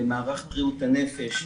במערך בריאות הנפש,